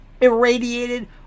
irradiated